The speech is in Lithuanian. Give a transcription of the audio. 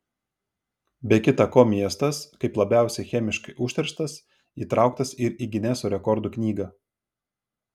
be kitą ko miestas kaip labiausiai chemiškai užterštas įtraukas ir į gineso rekordų knygą